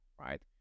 right